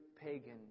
pagan